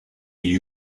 you